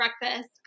breakfast